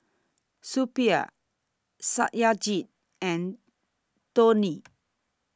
Suppiah Satyajit and Dhoni